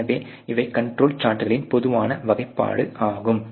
எனவே இவை கண்ட்ரோல் சார்ட்களின் பொதுவான வகைப்பாடு ஆகும்